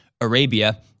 Arabia –